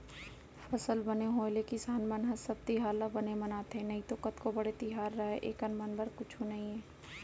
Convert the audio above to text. फसल बने होय ले किसान मन ह सब तिहार हर बने मनाथे नइतो कतको बड़े तिहार रहय एकर मन बर कुछु नइये